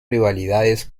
rivalidades